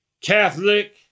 Catholic